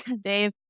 dave